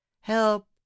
help